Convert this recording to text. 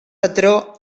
patró